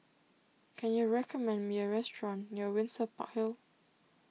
can you recommend me a restaurant near Windsor Park Hill